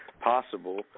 possible